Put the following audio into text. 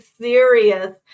serious